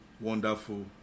wonderful